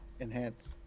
Enhance